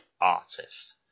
artists